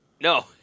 No